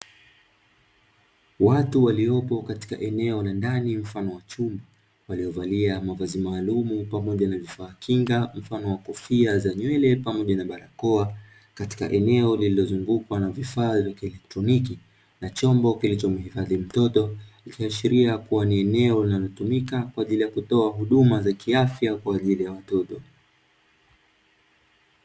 Watu waliopo katika eneo la ndani mfano wa chumba, waliovalia mavazi maalumu pamoja na vifaa kinga mfano wa kofia za nywele pamoja na barakoa, katika eneo lililozungukwa na vifaa vya kielektroniki na chombo kilichomhifadhi mtoto ikiashiria kuwa ni eneo linalotumika kwa ajili ya kutoa huduma za kiafya kwa ajili ya watoto.